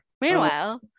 Meanwhile